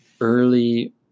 early